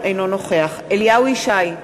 אינו נוכח אליהו ישי,